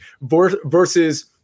versus